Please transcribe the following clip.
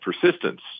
persistence